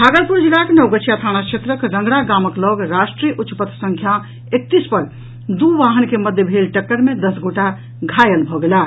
भागलपुर जिलाक नवगछिया थाना क्षेत्रक रंगरा गामक लऽग राष्ट्रीय उच्च पथ संख्या एकतीस पर दू वाहन के मध्य भेल टक्कर मे दस गोटा घायल भऽ गेलाह